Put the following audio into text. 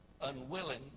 unwilling